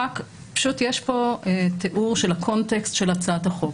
פשוט יש פה תיאור של הקונטקסט של הצעת החוק,